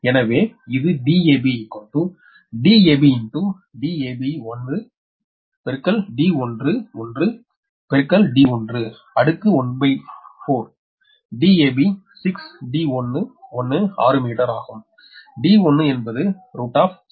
எனவே இது Dab dab dab1 d 1 1 d 1 14dab6 d 1 16 metre ஆகும் d 1 என்பது 62your 0